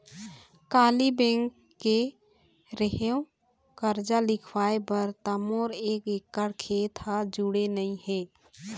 काली bank गे रेहेव करजा लिखवाय बर त मोर एक एकड़ खेत ह जुड़े नइ हे